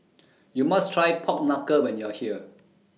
YOU must Try Pork Knuckle when YOU Are here